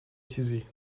چیزی